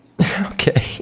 okay